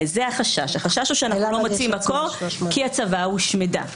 הרי זה החשש: שאנחנו לא מוצאים את המקור כי הצוואה הושמדה.